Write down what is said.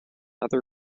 other